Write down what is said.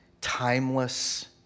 timeless